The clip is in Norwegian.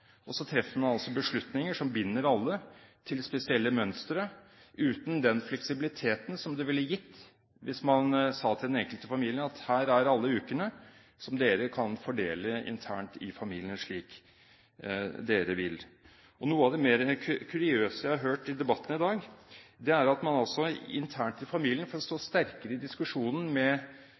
Og så treffer man altså beslutninger som binder alle til spesielle mønstre, uten den fleksibiliteten som det ville gitt hvis man sa til den enkelte familie: Her er alle ukene som dere kan fordele internt i familien, slik dere vil. Noe av det mer kuriøse jeg har hørt i debatten i dag, er at man internt i familien, for å stå sterkere i diskusjonen med